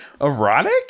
Erotic